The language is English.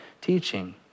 teaching